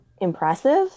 impressive